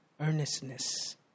earnestness